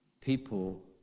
people